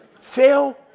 Phil